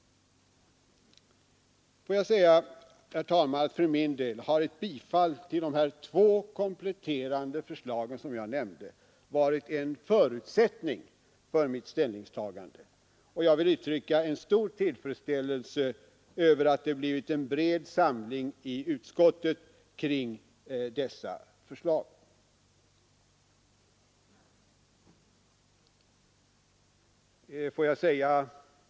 Låt mig säga, herr talman, att för min del har ett bifall till de två kompletterande förslag som jag nyss nämnde varit en förutsättning för mitt ställningstagande, och jag vill uttrycka stor tillfredsställelse över att det blivit en bred samling i utskottet kring dessa förslag.